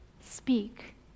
Speak